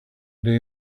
day